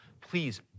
Please